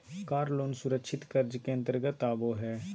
कार loan सुरक्षित कर्ज के अंतर्गत आबो हय